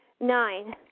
Nine